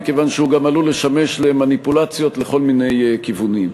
מכיוון שהוא גם עלול לשמש למניפולציות לכל מיני כיוונים.